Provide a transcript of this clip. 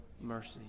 mercy